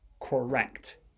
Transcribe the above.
correct